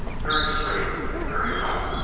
very straight and very black,